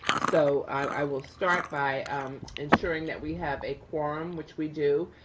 so i will start by ensuring that we have a quorum, which we do.